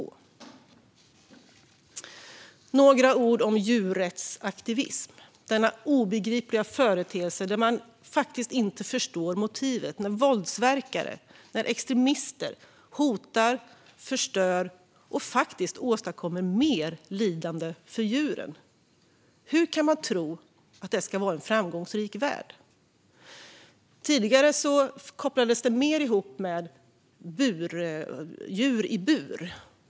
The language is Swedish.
Låt mig säga några ord om djurrättsaktivism - denna obegripliga företeelse där man faktiskt inte förstår motivet. Våldsverkare och extremister hotar, förstör och åstadkommer faktiskt mer lidande för djuren. Hur kan de tro att det ska vara en framgångsrik väg? Tidigare kopplades detta mer ihop med djur i bur.